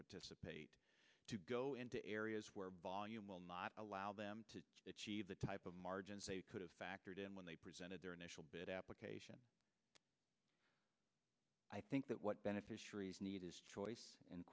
participate to go into areas where bol you will not allow them to achieve the type of margins they could have factored in when they presented their initial bit application i think that what beneficiaries need is choice and